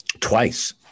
twice